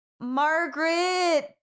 Margaret